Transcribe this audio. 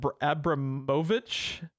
Abramovich